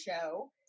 show